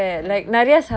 oh